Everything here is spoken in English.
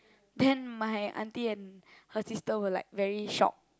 then my auntie and her sister were like very shocked